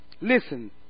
Listen